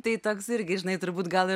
tai toks irgi žinai turbūt gal ir